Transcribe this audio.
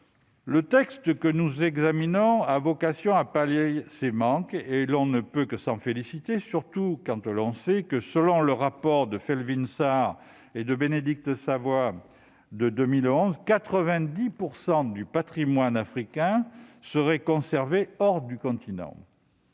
Le texte que nous examinons a vocation à pallier ces manques. On ne peut que s'en féliciter, surtout quand on sait que, selon le rapport établi par M. Felwine Sarr et Mme Bénédicte Savoy en 2018, quelque 90 % du patrimoine africain seraient conservés hors du continent.